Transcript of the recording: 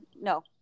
no